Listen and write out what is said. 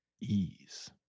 ease